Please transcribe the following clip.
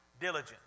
Diligent